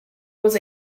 was